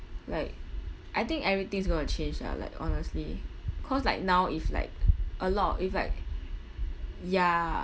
like I think everything's going to change ah like honestly cause like now if like a lot if like ya